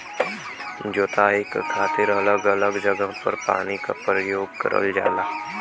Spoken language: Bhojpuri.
जोताई क खातिर अलग अलग जगह पर पानी क परयोग करल जाला